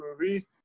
movie